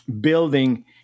building